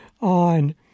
on